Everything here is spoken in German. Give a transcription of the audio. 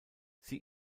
sie